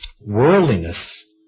Worldliness